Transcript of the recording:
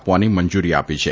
આપવાની મંજૂરી આપી છે